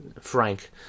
Frank